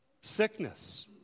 Sickness